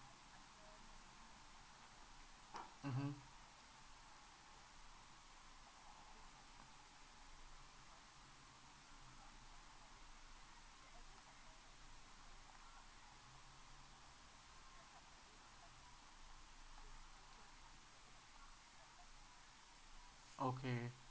mmhmm okay